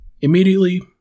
immediately